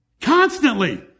Constantly